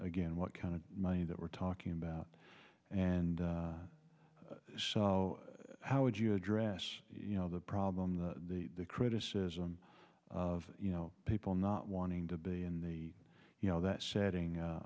again what kind of money that we're talking about and so how would you address you know the problem the criticism of you know people not wanting to be in the you know that shedding